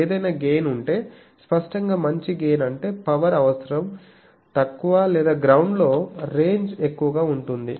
ఏదైనా గేయిన్ ఉంటే స్పష్టంగా మంచి గేయిన్ అంటే పవర్ అవసరం తక్కువ లేదా గ్రౌండ్ లో రేంజ్ ఎక్కువగా ఉంటుంది